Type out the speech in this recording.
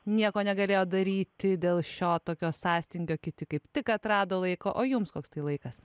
nieko negalėjo daryti dėl šio tokio sąstingio kiti kaip tik atrado laiko o jums koks tai laikas